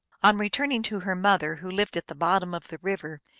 on return ing to her mother, who lived at the bottom of the river,